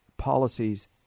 policies